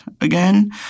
again